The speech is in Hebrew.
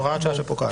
הוראת שעה שפוקעת.